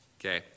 Okay